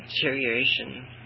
deterioration